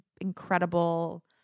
incredible